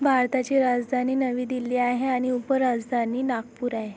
भारताची राजधानी नवी दिल्ली आहे आणि उपराजधानी नागपूर आहे